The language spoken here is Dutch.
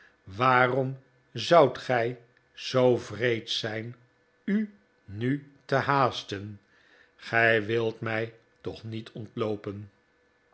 waarom zoudt gij zoo wreed zijn u nu te haasten gij wilt mij toch niet ontloopen